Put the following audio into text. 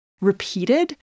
repeated